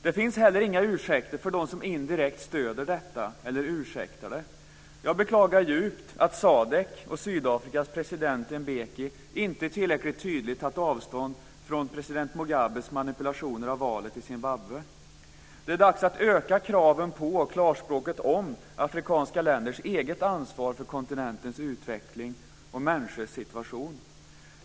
Det finns heller inga ursäkter för dem som indirekt stöder detta eller ursäktar det. Jag beklagar djupt att SADC och Sydafrikas president Mbeki inte tillräckligt tydligt har tagit avstånd från president Mugabes manipulationer av valet i Zimbabwe. Det är dags att öka kraven på och klarspråket om afrikanska länders eget ansvar för kontinentens utveckling och människors situation.